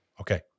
Okay